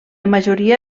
majoria